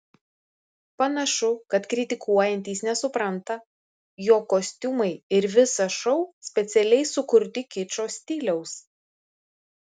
panašu kad kritikuojantys nesupranta jog kostiumai ir visas šou specialiai sukurti kičo stiliaus